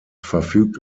verfügt